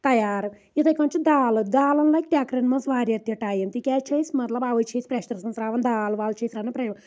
تَیار یِتھَے کَنۍ چھُ دال دالَن لَگہِ ترؠکرِ منز واریاہ تہِ ٹایِم تِکیازِ مطلب اوَے چھِ أسۍ پرؠشرس منز تراوان دال وال